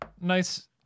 Nice